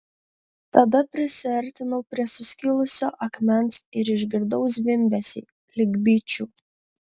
tada prisiartinau prie suskilusio akmens ir išgirdau zvimbesį lyg bičių